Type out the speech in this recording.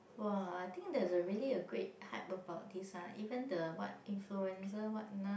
!wah! I think there's a really a great hype about this ah even the what influencer what Nas